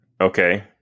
okay